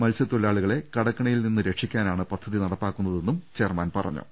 മത്സ്യത്തൊഴിലാളികളെ കടക്കണിയിൽ നിന്ന് രക്ഷിക്കാനാണ് പദ്ധതി നടപ്പാക്കുന്നതെന്ന് ചെയർമാൻ അറിയിച്ചു